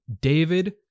David